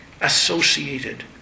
associated